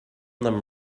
them